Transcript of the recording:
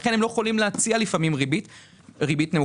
לכן לא יכולים להציע ריבית נמוכה.